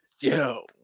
yo